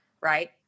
Right